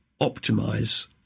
optimize